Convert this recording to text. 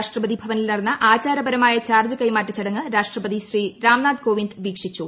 രാഷ്ട്രപതി ഭവനിൽ നടന്ന ആചാരപരമായ ചാർജ് കൈമാറ്റ ചടങ്ങ് രാഷ്ട്രപതി ശ്രീ രാംനാഥ് കോവിന്ദ് വീക്ഷിച്ചു